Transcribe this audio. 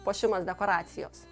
puošimas dekoracijos